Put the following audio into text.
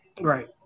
Right